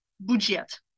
budget